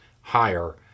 higher